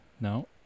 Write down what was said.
No